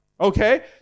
Okay